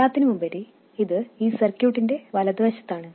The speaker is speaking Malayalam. എല്ലാത്തിനുമുപരി ഇത് ഈ സർക്യൂട്ടിന്റെ വലതുവശത്താണ്